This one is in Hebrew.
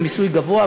ומיסוי גבוה,